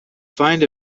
find